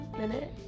minute